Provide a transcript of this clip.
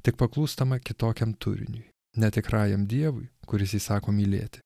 tik paklūstama kitokiam turiniui ne tikrajam dievui kuris įsako mylėti